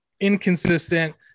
inconsistent